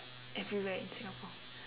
everywhere in singapore